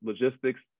logistics